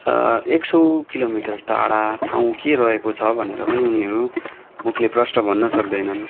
एक सय किलोमिटर टाडा ठाउँ के रहेको छ भनेर पनि उनीहरू मुखले प्रस्ट भन्न सक्दैनन्